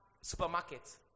supermarket